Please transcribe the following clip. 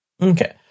Okay